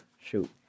shoot